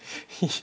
he